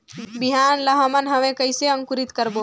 बिहान ला हमन हवे कइसे अंकुरित करबो?